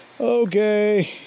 okay